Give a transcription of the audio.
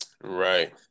Right